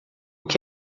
que